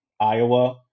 Iowa